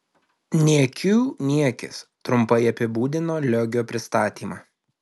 niekių niekis trumpai apibūdino liogio pristatymą